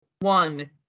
One